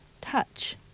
touch